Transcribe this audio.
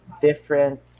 different